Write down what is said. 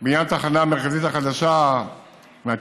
בעניין התחנה המרכזית החדשה מהתקשורת,